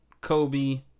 Kobe